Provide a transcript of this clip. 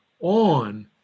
on